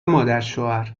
مادرشوهرتو